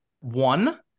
One